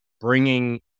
bringing